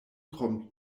krom